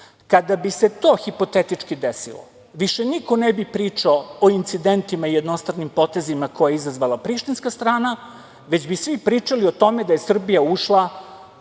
Kada bi se to hipotetički desilo više niko ne bi pričao o incidentima i jednostranim potezima koje je izazvala prištinska strana, već bi svi pričali o tome da je Srbija ušla